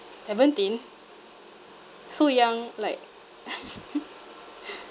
seventeen so young like